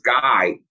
guy